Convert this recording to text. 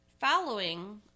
following